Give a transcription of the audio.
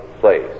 place